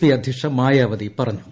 P അധ്യക്ഷ മായാവതി പറഞ്ഞു